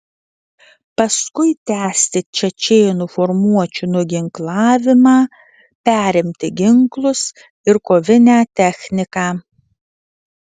paskui tęsti čečėnų formuočių nuginklavimą perimti ginklus ir kovinę techniką